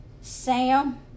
Sam